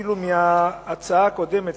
אפילו מההצעה הקודמת,